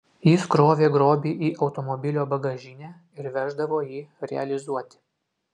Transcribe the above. jis krovė grobį į automobilio bagažinę ir veždavo jį realizuoti